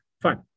Fine